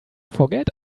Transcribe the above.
forget